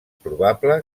probable